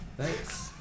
Thanks